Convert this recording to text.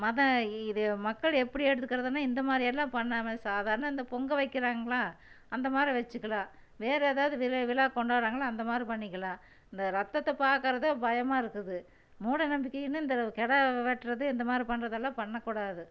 மதம் இது மக்கள் எப்படி எடுத்துக்கிறதுன்னால் இந்த மாதிரி எல்லாம் பண்ணாமல் சாதாரணம் இந்த பொங்கல் வைக்கிறாங்களா அந்த மாதிரி வச்சுக்கலாம் வேற ஏதாவது விழா கொண்டாடுறாங்களா அந்த மாதிரி பண்ணிக்கலாம் இந்த ரத்தத்தை பார்க்கறதுதான் பயமாக இருக்குது மூடநம்பிக்கைன்னு இந்த கிடாவ வெட்டுறது இந்த மாதிரி பண்றது எல்லாம் பண்ணக் கூடாது